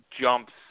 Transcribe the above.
jumps